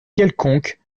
quelconque